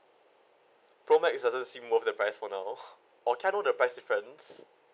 pro max doesn't seem worth the price for now or can I know the price difference